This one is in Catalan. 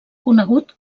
conegut